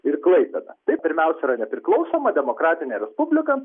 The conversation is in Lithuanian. ir klaipėda tai pirmiausia yra nepriklausoma demokratinė respublika